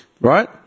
right